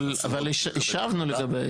אבל אישרנו לגבי ההסברים.